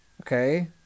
okay